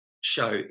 show